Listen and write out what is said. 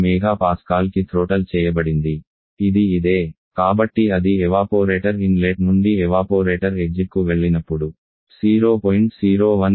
15 MPaకి థ్రోటల్ చేయబడింది ఇది ఇదే కాబట్టి అది ఎవాపోరేటర్ ఇన్లెట్ నుండి ఎవాపోరేటర్ ఎగ్జిట్ కు వెళ్ళినప్పుడు 0